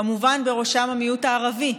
וכמובן בראשם המיעוט הערבי,